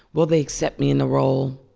will they accept me in the role?